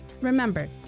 remember